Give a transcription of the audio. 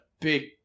big